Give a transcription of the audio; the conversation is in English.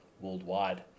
worldwide